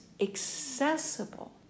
accessible